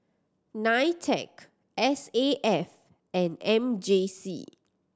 NITEC S A F and M J C